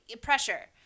pressure